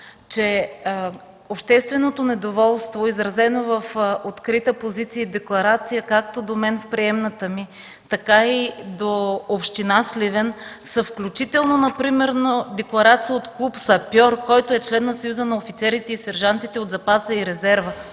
че общественото недоволство е изразено в открита позиция в декларация както до мен, в приемната ми, така и до община Сливен. Такава декларация има от Клуб „Сапьор”, който е член на Съюза на офицерите и сержантите от запаса и резерва,